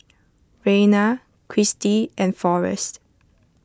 Rayna Kristy and forest